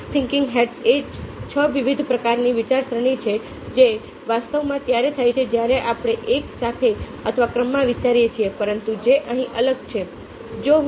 six thinking hats એ છ વિવિધ પ્રકારની વિચારસરણી છે જે વાસ્તવમાં ત્યારે થાય છે જ્યારે આપણે એક સાથે અથવા ક્રમમાં વિચારીએ છીએ પરંતુ જે અહીં અલગ છે